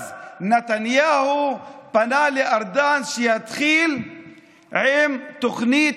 אז נתניהו פנה לארדן שיתחיל עם תוכנית